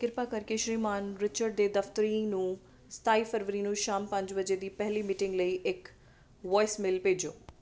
ਕਿਰਪਾ ਕਰਕੇ ਸ੍ਰੀਮਾਨ ਰਿਚਰਡ ਦੇ ਦਫ਼ਤਰੀ ਨੂੰ ਸਤਾਈ ਫ਼ਰਵਰੀ ਨੂੰ ਸ਼ਾਮ ਪੰਜ ਵਜੇ ਦੀ ਪਹਿਲੀ ਮੀਟਿੰਗ ਲਈ ਇੱਕ ਵੌਇਸਮੇਲ ਭੇਜੋ